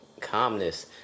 Calmness